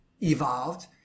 evolved